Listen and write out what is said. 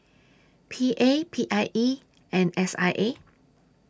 P A P I E and S I A